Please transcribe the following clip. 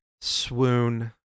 Swoon